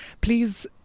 please